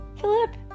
Philip